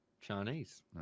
Chinese